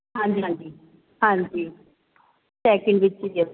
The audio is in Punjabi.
ਹਾਂਜੀ ਹਾਂਜੀ ਹਾਂਜੀ ਸੈਕਿੰਡ ਵਿੱਚ ਹੀ ਆ